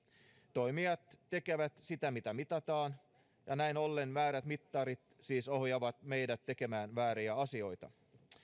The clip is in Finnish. toimijat tekevät sitä mitä mitataan ja näin ollen väärät mittarit siis ohjaavat meidät tekemään vääriä asioita